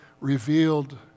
revealed